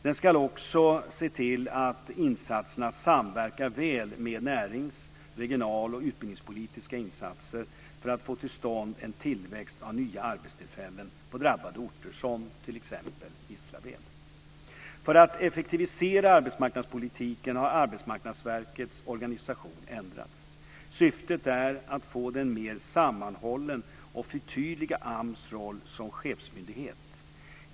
Den ska också se till att insatserna samverkar väl med närings-, regional och utbildningspolitiska insatser för att få till stånd en tillväxt av nya arbetstillfällen på drabbade orter, som t.ex. För att effektivisera arbetsmarknadspolitiken har Arbetsmarknadsverkets organisation ändrats. Syftet är att få den mer sammanhållen och förtydliga AMS roll som chefsmyndighet.